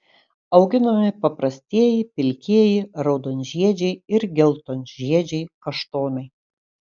auginami paprastieji pilkieji raudonžiedžiai ir geltonžiedžiai kaštonai